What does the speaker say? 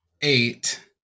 eight